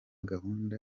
gahunda